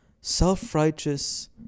self-righteous